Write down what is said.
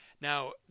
Now